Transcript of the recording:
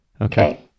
Okay